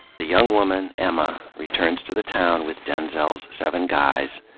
the young woman, emma, returns to the town with denzel's seven guys,